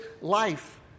life